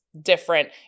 different